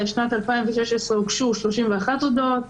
בשנת 2016 הוגשו 31 הודעות,